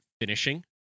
finishing